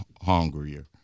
hungrier